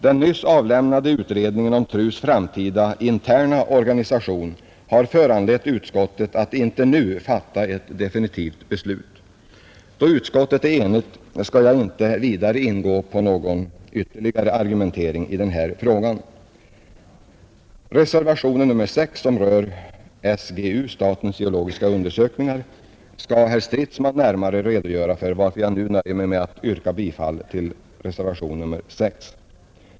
Den nyss avlämnade utredningen om TRU:s framtida interna organisation har föranlett utskottet att inte nu fatta ett definitivt beslut. Då utskottet är enigt skall jag inte ingå på någon ytterligare argumentering i den här frågan. Reservationen 6 som rör SGU, Sveriges geologiska undersökning, skall herr Stridsman närmare redogöra för, varför jag nu nöjer mig med att yrka bifall till denna reservation.